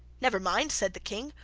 never mind said the king,